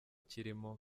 kirimo